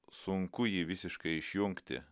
sunku jį visiškai išjungti